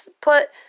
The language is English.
put